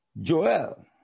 Joel